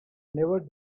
never